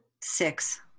Six